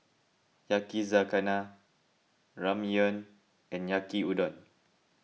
Yakizakana Ramyeon and Yaki Udon